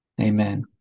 Amen